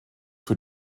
für